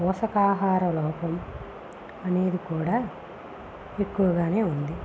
పోషకాహార లోపం అనేది కూడా ఎక్కువగా ఉంది